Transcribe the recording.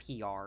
PR